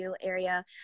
area